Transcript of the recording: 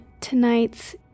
tonight's